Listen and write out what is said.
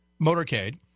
motorcade